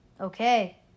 Okay